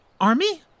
army